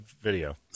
video